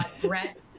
Brett